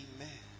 Amen